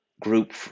group